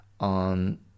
on